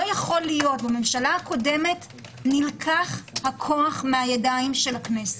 בממשלה הקודמת נלקח הכוח מידי הכנסת.